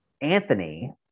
Anthony